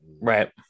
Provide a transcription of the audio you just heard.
Right